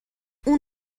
اون